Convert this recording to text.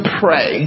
pray